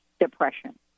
depression